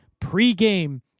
pregame